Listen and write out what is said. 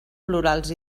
plurals